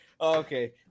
Okay